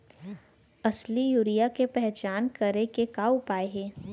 असली यूरिया के पहचान करे के का उपाय हे?